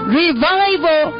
revival